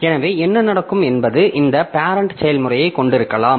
எனவே என்ன நடக்கும் என்பது இந்த பேரெண்ட் செயல்முறையை கொண்டிருக்கலாம்